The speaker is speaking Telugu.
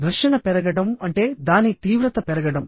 ఘర్షణ పెరగడం అంటే దాని తీవ్రత పెరగడం